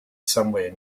somewhere